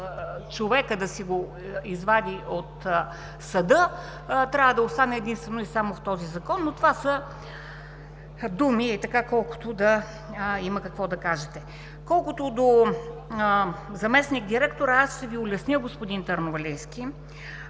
човек да си го извади от съда, трябва да остане единствено и само в този закон, но това са думи, колкото да има какво да кажете. Колкото до заместник-директора, ще Ви улесня, господин Търновалийски,